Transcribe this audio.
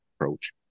approach